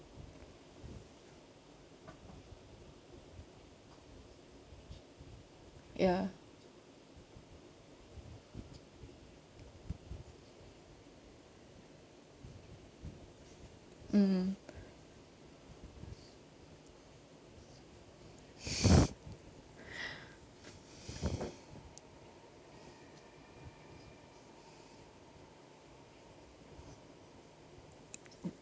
ya mm